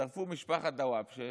שרפו את משפחת דוואבשה,